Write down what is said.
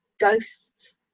Ghosts